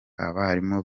abarimu